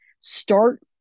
start